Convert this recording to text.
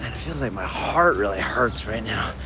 feels like my heart really hurts right now.